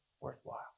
worthwhile